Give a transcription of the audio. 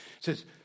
says